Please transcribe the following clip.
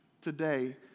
today